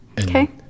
Okay